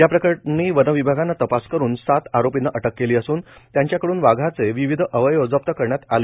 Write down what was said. याप्रकरणी वनविभागाने तपास करुन सात आरोपींना अटक केली असून त्यांच्याकडून वाघाचे विविध अवयव जप्त करण्यात आले